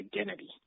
identity